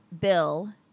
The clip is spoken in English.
bill